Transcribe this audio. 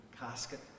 casket